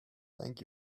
thank